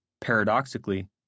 Paradoxically